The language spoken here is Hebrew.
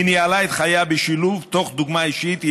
היא ניהלה את חייה בשילוב, תוך דוגמה אישית.